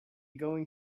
going